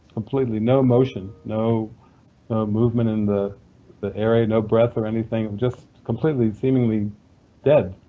completely no motion, no movement in the the area, no breath or anything just completely seemingly dead.